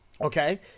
Okay